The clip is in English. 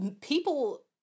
people